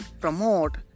promote